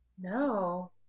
No